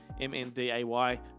M-N-D-A-Y